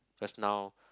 just now